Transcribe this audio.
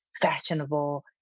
fashionable